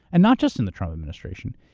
and not just in the trump administration,